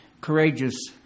courageous